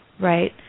Right